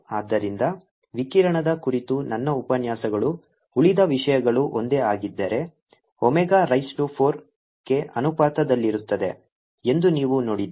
ಆದ್ದರಿಂದ ವಿಕಿರಣದ ಕುರಿತು ನನ್ನ ಉಪನ್ಯಾಸಗಳು ಉಳಿದ ವಿಷಯಗಳು ಒಂದೇ ಆಗಿದ್ದರೆ ಒಮೆಗಾ ರೈಸ್ ಟು 4 ಕ್ಕೆ ಅನುಪಾತದಲ್ಲಿರುತ್ತದೆ ಎಂದು ನೀವು ನೋಡಿದ್ದೀರಿ